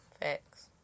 Facts